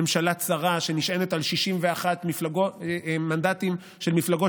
ממשלה צרה שנשענת על 61 מנדטים של מפלגות